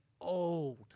old